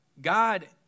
God